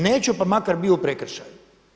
Neću pa makar bio u prekršaju.